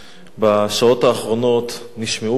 בשעות האחרונות נשמעו פה,